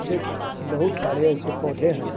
देखिए बहुत सारे ऐसे पौधे हैं